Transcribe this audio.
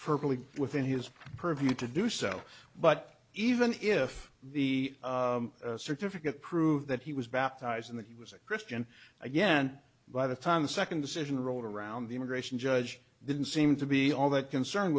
perfectly within his purview to do so but even if the certificate proved that he was baptized in that he was a christian again by the time the second decision rolled around the immigration judge didn't seem to be all that concerned